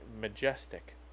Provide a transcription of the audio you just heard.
majestic